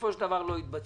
בסופו של דבר לא התבצעו.